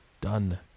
Done